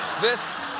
this